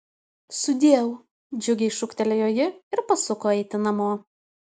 sudieu džiugiai šūktelėjo ji ir pasuko eiti namo